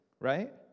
right